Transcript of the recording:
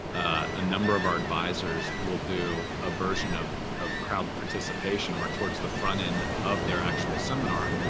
a number of our advisors will do a version of of crowd participation where, towards the front end of their actual seminar,